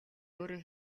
өөрөө